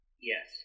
Yes